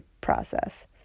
process